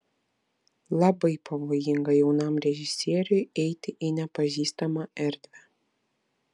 labai pavojinga jaunam režisieriui eiti į nepažįstamą erdvę